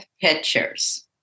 Pictures